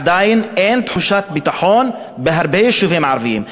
עדיין אין תחושת ביטחון בהרבה יישובים ערביים.